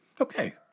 Okay